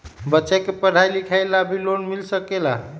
बच्चा के पढ़ाई लिखाई ला भी लोन मिल सकेला?